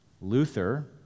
Luther